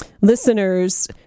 listeners